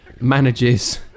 manages